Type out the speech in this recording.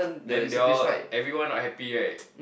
then they all everyone not happy right